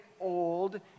old